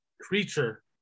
creature